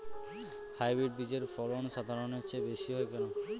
Hybrid বীজের ফলন সাধারণের চেয়ে বেশী হয় কেনো?